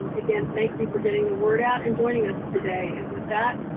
again, thank you for getting the word out and joining us today, and with that,